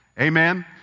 Amen